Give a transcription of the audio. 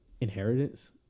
Inheritance